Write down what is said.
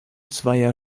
zweier